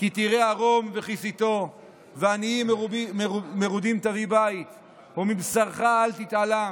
"כי תראה ערם וכסיתו"; "ועניים מרודים תביא בית"; "ומבשרך לא תתעלם"